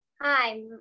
Hi